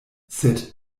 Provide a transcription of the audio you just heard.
sed